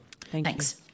Thanks